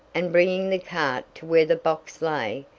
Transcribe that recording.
and bringing the cart to where the box lay,